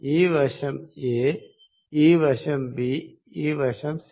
ഈ വശം a ഈ വശം b ഈ വശം c